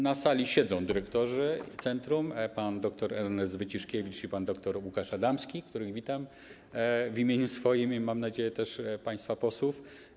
Na sali siedzą dyrektorzy centrum, pan doktor Ernest Wyciszkiewicz i pan doktor Łukasz Adamski, których witam w imieniu swoim i mam nadzieję, że też w imieniu państwa posłów.